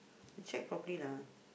check properly lah